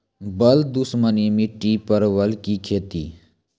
बल दुश्मनी मिट्टी परवल की खेती?